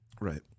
Right